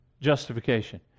justification